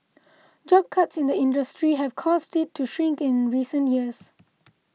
job cuts in the industry have caused it to shrink in recent years